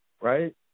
right